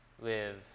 live